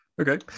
Okay